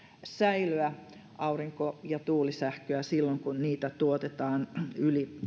säilöä aurinko ja tuulisähköä silloin kun niitä tuotetaan yli